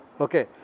Okay